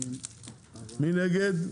מי נגד?